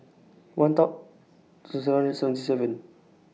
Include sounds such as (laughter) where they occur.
one Dot (unintelligible) seven hundred and seventy seven